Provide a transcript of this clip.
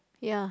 yeah